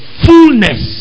fullness